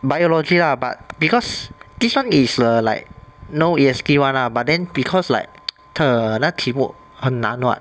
biology lah but because this one is err like no E_S_T [one] ah but then because like the 那题目很难 [what]